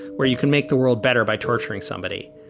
where you can make the world better by torturing somebody.